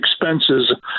expenses